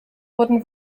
wurden